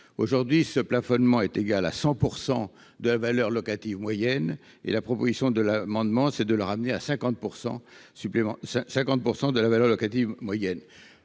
Aujourd'hui, ce plafonnement est égal à 100 % de la valeur locative moyenne. Cet amendement vise à le ramener à 50 % de la valeur locative moyenne.